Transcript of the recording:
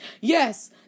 Yes